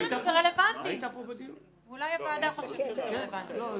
תעשו פה דיון אחר